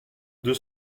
deux